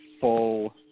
full